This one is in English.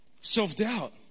self-doubt